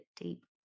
deep